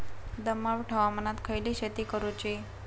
दमट हवामानात खयली शेती करूची?